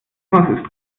ist